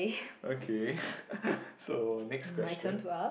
okay so next question